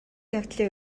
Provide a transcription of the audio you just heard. явдлын